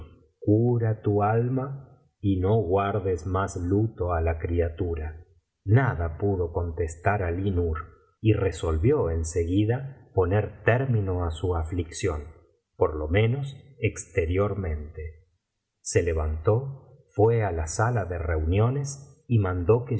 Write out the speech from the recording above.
tu alma y no guardes más luto á la criatura nada pudo contestar alí nur y resolvió en seguida poner término á su aflicción por lo menos exteriormente se levantó fué á la sala de reuniones y mandó